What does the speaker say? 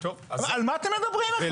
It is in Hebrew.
על מה אתם מדברים בכלל?